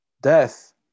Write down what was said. death